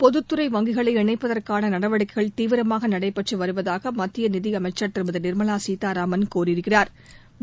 பொதுத்துறை வங்கிகளை இணைப்பதற்கான நடவடிக்கைகள் தீவிரமாக நடைபெற்று வருவதாக மத்திய நிதியமைச்சா் திருமதி நிா்மலா சீதாராமன் கூறியிருக்கிறாா்